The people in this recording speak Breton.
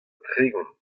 tregont